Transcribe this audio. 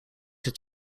het